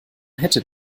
hätte